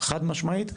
חד משמעית,